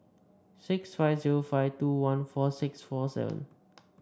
six five zero five two one four six four seven